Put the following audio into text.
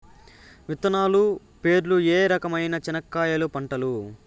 విత్తనాలు పేర్లు ఏ రకమైన చెనక్కాయలు పంటలు?